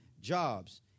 jobs